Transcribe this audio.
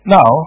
Now